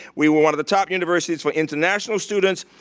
we were one of the top universities for international students,